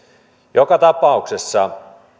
joka tapauksessa